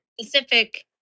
specific